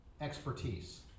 expertise